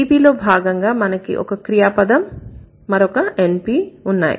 VP లో భాగంగా మనకి ఒక క్రియ పదం మరొక NP ఉన్నాయి